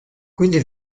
quindi